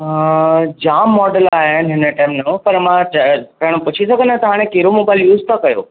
जाम model आया आहिनि हिन टाइम नवां पर मां ज पहिरों पुछी सघंदो आहियां त हाणे कहिड़ो मोबाइल यूस था कयो